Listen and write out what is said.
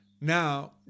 Now